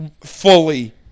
fully